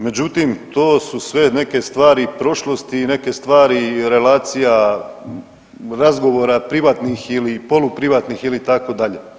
Međutim, to su sve neke stvari i prošlosti i neke stvari i relacija razgovora privatnih ili poluprivatnih ili itd.